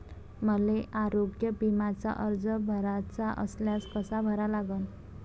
मले आरोग्य बिम्याचा अर्ज भराचा असल्यास कसा भरा लागन?